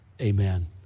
Amen